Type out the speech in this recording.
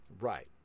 right